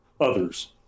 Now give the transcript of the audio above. others